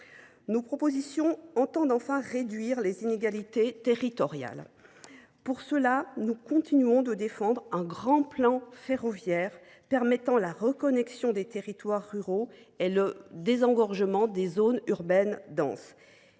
plus intensif. Nous entendons enfin réduire les inégalités territoriales. Pour ce faire, nous continuons de défendre un grand plan ferroviaire permettant la reconnexion des territoires ruraux et le désengorgement des zones urbaines denses.